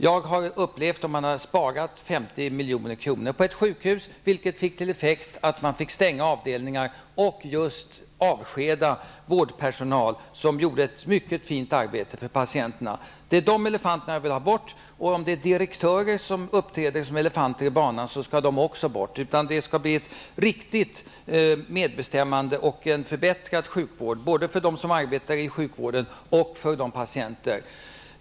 Jag har varit med om att man på ett sjukhus har inbesparat 50 milj.kr., vilket ledde till att man fick stänga avdelningar och avskeda vårdpersonal som utförde ett mycket fint arbete för att hjälpa patienterna. Det är dessa elefanter som jag vill ha bort. Om det finns direktörer som uppträder som elefanter, skall också de bort. Det skall bli ett verkligt medbestämmande och en förbättrad sjukvården, både för dem som arbetar inom sjukvården och för patienterna.